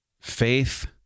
Faith